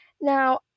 Now